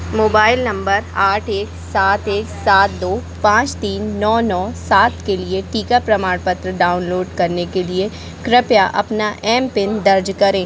mobile number आठ एक सात एक सात दो पाँच तीन नौ नौ सात के लिए टीका प्रमाणपत्र डाउनलोड करने के लिए कृपया अपना एम पिन दर्ज करें